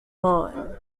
hahn